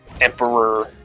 emperor